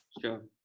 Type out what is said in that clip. Sure